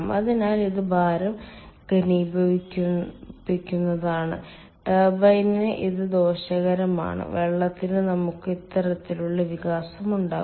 അതിനാൽ ഇത് ഭാരം ഘനീഭവിക്കുന്നതാണ് ടർബൈനിന് ഇത് ദോഷകരമാണ് വെള്ളത്തിന് നമുക്ക് ഇത്തരത്തിലുള്ള വികാസം ഉണ്ടാകും